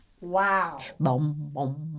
Wow